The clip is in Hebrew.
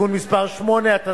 (תיקון מס' 8),